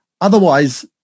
Otherwise